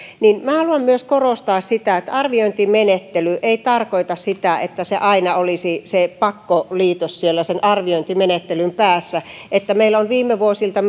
niin myös minä haluan korostaa sitä että arviointimenettely ei tarkoita sitä että aina olisi se pakkoliitos siellä sen arviointimenettelyn päässä meillä on viime vuosilta